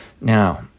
Now